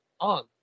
on